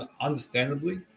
understandably